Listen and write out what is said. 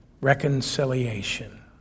reconciliation